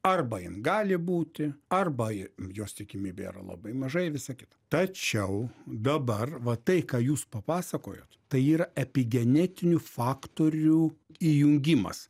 arba jin gali būti arba jos tikimybė yra labai maža visa kita tačiau dabar va tai ką jūs papasakojot tai yra epigenetinių faktorių įjungimas